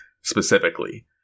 specifically